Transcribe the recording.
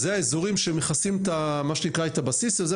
זה האזורים שמכסים את מה שנקרא את הבסיס ואת זה